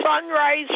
sunrise